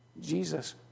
Jesus